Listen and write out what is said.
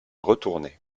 retournait